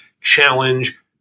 challenge